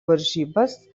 varžybas